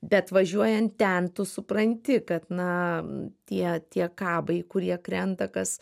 bet važiuojant ten tu supranti kad na tie tie kabai kurie krenta kas